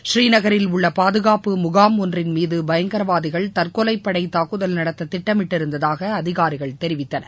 ஸ்ரீநகரில் உள்ள பாதுகாப்பு முகாம் ஒன்றின் மீது பயங்கரவாதிகள் தற்கொலை படை தாக்குதல் நடத்த திட்டமிட்டு இருந்ததாக அதிகாரிகள் தெரிவித்தனர்